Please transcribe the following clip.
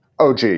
OG